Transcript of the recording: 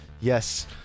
Yes